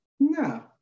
no